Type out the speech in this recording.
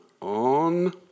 on